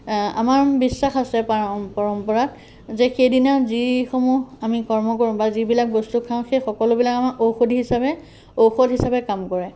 আমাৰ বিশ্বাস আছে পা পৰম্পৰাত যে সেইদিনা যিসমূহ আমি কৰ্ম কৰোঁ বা যিবিলাক বস্তু খাওঁ সেই সকলোবিলাক আমাৰ ঔষধি হিচাপে ঔষধ হিচাপে কাম কৰে